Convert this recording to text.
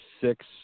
six